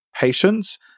patience